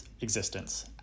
existence